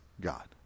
God